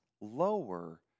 lower